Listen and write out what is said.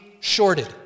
shorted